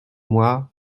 moi